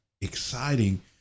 exciting